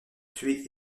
tués